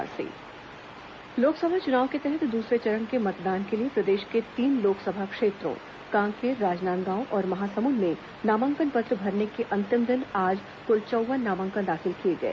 लोकसभा चुनाव नामांकन लोकसभा चुनाव के तहत दूसरे चरण के मतदान के लिए प्रदेश के तीन लोकसभा क्षेत्रों कांकेर राजनांदगांव और महासमुंद में नामांकन पत्र भरने के अंतिम दिन आज कुल चौव्वन नामांकन दाखिल किए गए